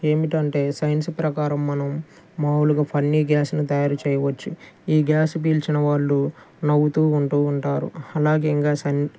ఏమిటి అంటే సైన్స్ ప్రకారం మనం మాములుగా ఫన్నీ గ్యాస్ని తయారు చేయవచ్చు ఈ గ్యాస్ పీల్చిన వారు నవ్వుతూ ఉంటూ ఉంటారు అలాగే ఇంకా